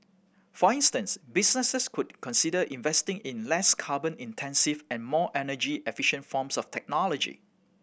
for instance businesses could consider investing in less carbon intensive and more energy efficient forms of technology